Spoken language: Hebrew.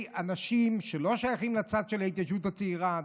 אנשים שלא שייכים לצד של ההתיישבות הצעירה,